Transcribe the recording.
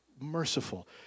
merciful